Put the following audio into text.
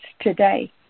today